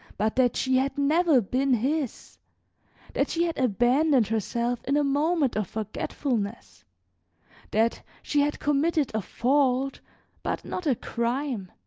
but that she had never been his that she had abandoned herself in a moment of forgetfulness that she had committed a fault but not a crime